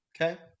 okay